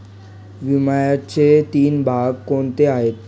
विम्याचे तीन भाग कोणते आहेत?